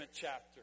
chapter